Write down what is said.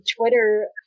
Twitter